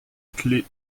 clef